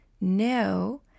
no